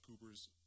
Cooper's